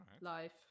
life